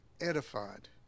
edified